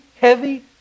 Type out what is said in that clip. heavy